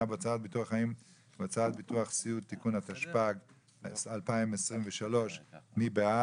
בהוצאת ביטוח חיים ובהוצאת ביטוח סיעוד התשפ"ג 2023. מי בעד?